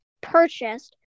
purchased